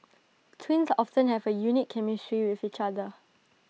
twins often have A unique chemistry with each other